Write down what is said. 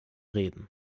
reden